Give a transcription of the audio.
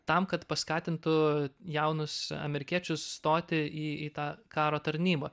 tam kad paskatintų jaunus amerikiečius stoti į į tą karo tarnybą